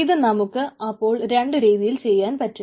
ഇത് നമുക്ക് അപ്പോൾ രണ്ടു രീതിയിൽ ചെയ്യുവാൻ പറ്റും